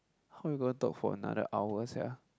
how we gonna talk for another hour sia